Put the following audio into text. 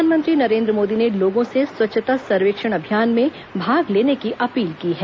प्रधानमंत्री नरेंद्र मोदी ने लोगों से स्वच्छता सर्वेक्षण अभियान में भाग लेने की अपील की है